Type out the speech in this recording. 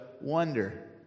wonder